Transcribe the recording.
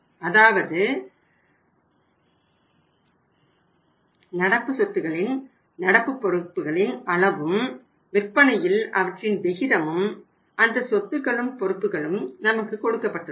அதாவது நடப்பு சொத்துக்களின் நடப்பு பொறுப்புகளின் அளவும் விற்பனையில் அவற்றின் விகிதமும் அந்த சொத்துக்களும் பொறுப்புகளும் நமக்கு கொடுக்கப்பட்டுள்ளன